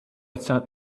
outside